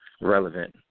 Relevant